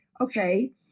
okay